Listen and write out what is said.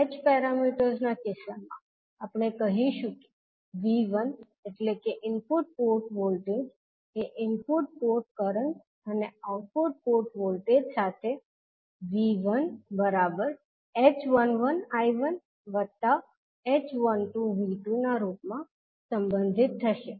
h parameters ના કિસ્સામાં આપણે કહીશું કે 𝐕1 એટલે કે ઇનપુટ પોર્ટ વોલ્ટેજ એ ઇનપુટ પોર્ટ કરંટ અને આઉટપુટ પોર્ટ વોલ્ટેજ સાથે V1h11I1h12V2 ના રૂપ માં સંમંધિત થશે